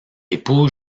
épouse